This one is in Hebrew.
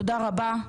תודה רבה.